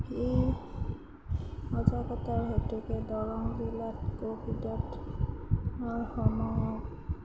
এই সজাগতাৰ হেতুকে দৰং জিলাত ক'ভিডত অৰ সময়ত